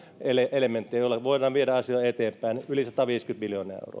elementtejä joilla voidaan viedä asiaa eteenpäin yli sataviisikymmentä miljoonaa euroa